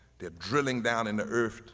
they're drilling down in the earth,